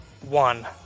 one